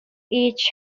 each